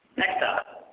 next up,